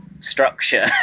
Structure